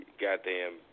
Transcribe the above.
goddamn